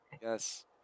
Yes